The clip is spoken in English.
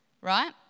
Right